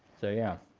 so yeah.